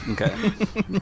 Okay